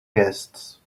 guests